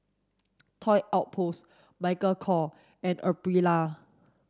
Toy Outpost Michael Kors and Aprilia